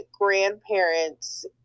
grandparents